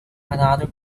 another